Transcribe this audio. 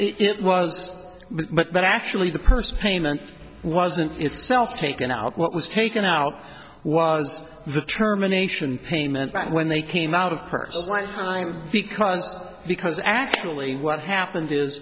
was but actually the purse payment wasn't itself taken out what was taken out was the terminations payment back when they came out of person's lifetime because because actually what happened is